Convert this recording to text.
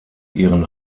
ihren